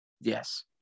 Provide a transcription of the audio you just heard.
Yes